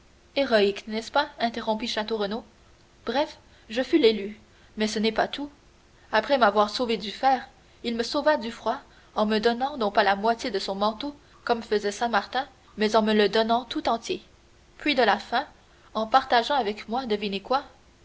n'est-ce pas interrompit château renaud bref je fus l'élu mais ce n'est pas tout après m'avoir sauvé du fer il me sauva du froid en me donnant non pas la moitié de son manteau comme faisait saint martin mais en me le donnant tout entier puis de la faim en partageant avec moi devinez quoi